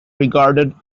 regarded